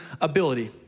ability